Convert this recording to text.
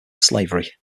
slavery